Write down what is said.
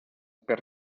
per